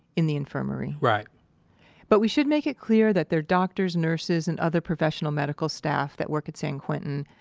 in the infirmary right but we should make it clear that there are doctors nurses, and other professional medical staff that work at san quentin,